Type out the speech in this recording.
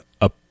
up